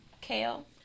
Kale